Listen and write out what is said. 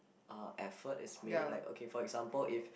uh effort is made like okay for example if